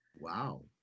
Wow